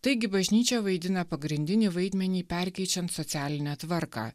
taigi bažnyčia vaidina pagrindinį vaidmenį perkeičiant socialinę tvarką